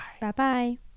Bye-bye